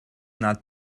not